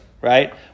right